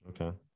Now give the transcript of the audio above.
Okay